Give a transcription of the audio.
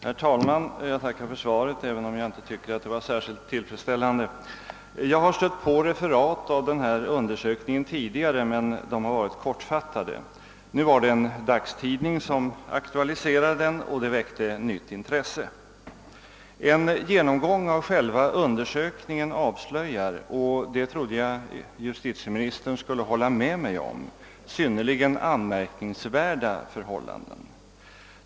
Herr talman! Jag tackar för svaret, även om jag inte finner det särskilt tillfredsställande. Jag har stött på referat av denna undersökning tidigare, men de har varit kortfattade. Nu var det en dagstidning som aktualiserade den, och det väckte nytt intresse. En genomgång av själva undersökningen avslöjar — och det trodde jag att justitieministern skulle hålla med mig om — synnerligen anmärkningsvärda förhållanden.